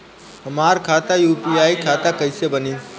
हमार खाता यू.पी.आई खाता कइसे बनी?